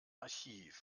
archiv